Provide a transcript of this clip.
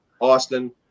Austin